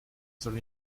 soll